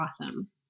awesome